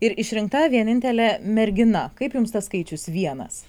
ir išrinkta vienintelė mergina kaip jums tas skaičius vienas